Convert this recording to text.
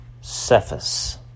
Cephas